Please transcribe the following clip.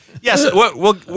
Yes